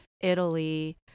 Italy